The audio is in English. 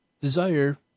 desire